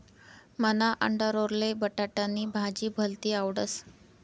मन्हा आंडोरले बटाटानी भाजी भलती आवडस